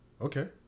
Okay